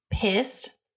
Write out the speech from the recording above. pissed